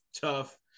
tough